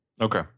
Okay